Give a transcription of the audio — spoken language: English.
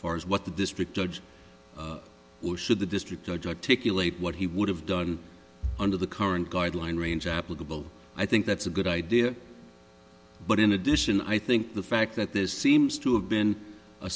far as what the district judge or should the district judge articulate what he would have done under the current guideline range applicable i think that's a good idea but in addition i think the fact that this seems to have been a